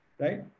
right